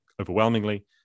overwhelmingly